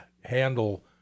handle